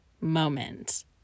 moment